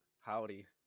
Howdy